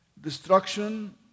destruction